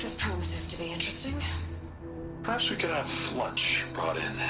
promises to be interesting perhaps we could have. lunch, brought in?